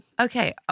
Okay